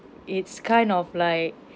it's kind of like